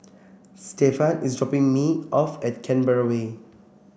Stefan is dropping me off at Canberra Way